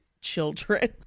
children